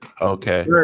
Okay